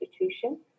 institution